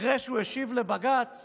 אחרי שהוא השיב לבג"ץ